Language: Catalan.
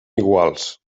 iguals